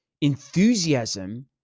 enthusiasm